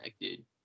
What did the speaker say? dude